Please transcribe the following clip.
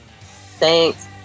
thanks